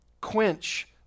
quench